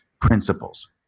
principles